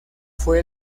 fue